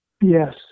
Yes